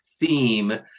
theme